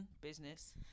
Business